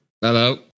Hello